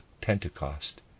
Pentecost